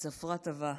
צפרא טבא,